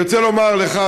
אני רוצה לומר לך,